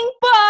book